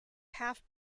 half